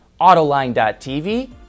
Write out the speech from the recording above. autoline.tv